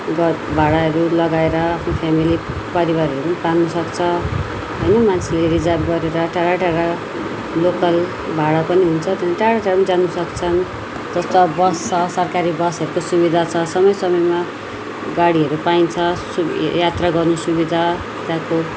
भाडाहरू लगाएर आफ्नो फ्यामिली परिवारहरू पाल्नु सक्छ होइन मान्छेले रिजर्भ गरेर टाढा टाढा लोकल भाडा पनि हुन्छ त्यहाँ टाडा टाडा जानु सक्छन् जस्तो अब बस छ सरकारी बसहरूको सुविधा छ समय समयमा गाडीहरू पाइन्छ सु यात्रा गर्नु सुविधा त्यहाँको